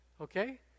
Okay